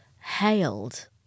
hailed